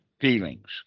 feelings